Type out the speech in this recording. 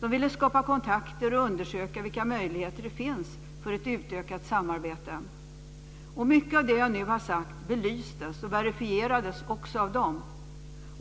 De ville skapa kontakter och undersöka vilka möjligheter det finns för ett utökat samarbete. Mycket av det jag nu har sagt belystes och verifierades också av dem.